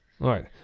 Right